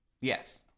Yes